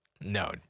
no